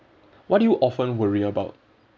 what do you often worry about